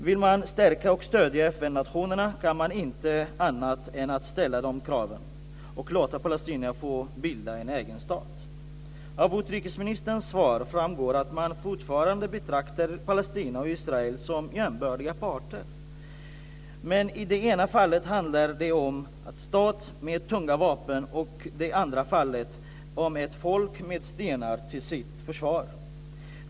Vill man stärka och stödja FN nationerna kan man inte annat än ställa de kraven och låta palestinierna få bilda en egen stat. Av utrikesministerns svar framgår att man fortfarande betraktar Palestina och Israel som jämbördiga parter. Men i det ena fallet handlar det om en stat med tunga vapen och i det andra fallet om ett folk med stenar till sitt försvar.